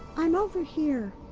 i'm over here.